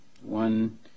One